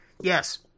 Yes